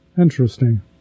Interesting